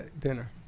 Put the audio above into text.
dinner